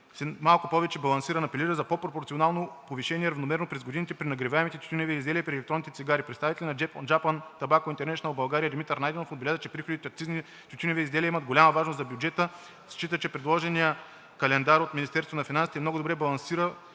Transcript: малко повече балансиран. Апелира за по-пропорционално повишение, равномерно през годините, при нагреваемите тютюневи изделия и при електронните цигари. Представителят на „Джапан Табако Интернешънъл България“ Димитър Найденов отбеляза, че приходите от акцизи от тютюневи изделия имат голяма важност за бюджета. Счита, че предложеният от Министерството на финансите акцизен календар